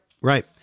right